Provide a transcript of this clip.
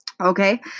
okay